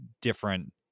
different